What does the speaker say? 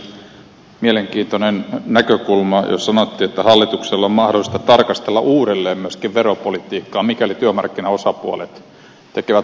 pääministeri kataisella oli mielenkiintoinen näkökulma jossa sanottiin että hallitukselle on mahdollista tarkastella uudelleen myöskin veropolitiikkaa mikäli työmarkkinaosapuolet tekevät maltillisen palkkaratkaisun